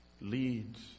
leads